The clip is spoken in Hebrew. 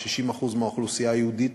60% מהאוכלוסייה היהודית,